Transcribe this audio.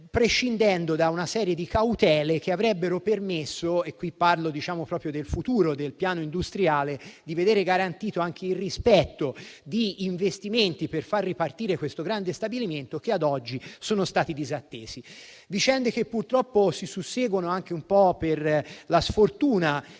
prescindendo da una serie di cautele che avrebbero permesso - e qui parlo proprio del futuro del piano industriale - di vedere garantito anche il rispetto di investimenti per far ripartire questo grande stabilimento, che ad oggi sono stati disattesi. Sono vicende che, purtroppo, si susseguono, anche un po' per la sfortuna